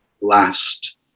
last